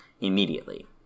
Immediately